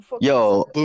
Yo